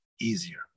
easier